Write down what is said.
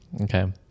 okay